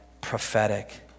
prophetic